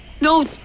No